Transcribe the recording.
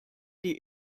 die